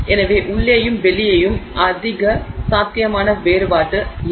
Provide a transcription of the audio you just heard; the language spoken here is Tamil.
எனவே உள்ளேயும் வெளியேயும் அதிக சாத்தியமான வேறுபாடு இல்லை